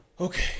Okay